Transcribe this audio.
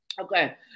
okay